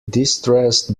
distressed